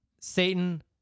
Satan